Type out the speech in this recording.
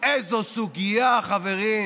איזו סוגיה, חברים.